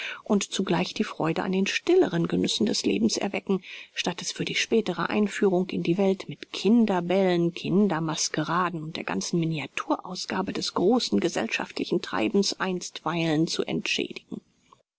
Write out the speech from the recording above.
und zugleich die freude an den stilleren genüssen des lebens erwecken statt es für die spätere einführung in die welt mit kinderbällen kindermaskeraden und der ganzen miniaturausgabe des großen gesellschaftlichen treibens einstweilen zu entschädigen